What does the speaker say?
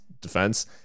defense